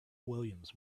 williams